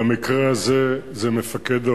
במקרה הזה זה מפקד האוגדה.